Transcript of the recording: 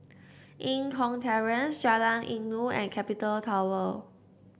Eng Kong Terrace Jalan Inggu and Capital Tower